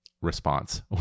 response